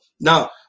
Now